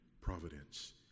providence